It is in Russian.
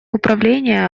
управления